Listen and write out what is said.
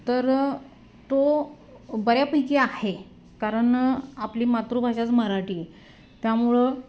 तर तो बऱ्यापैकी आहे कारण आपली मातृभाषाच मराठी त्यामुळं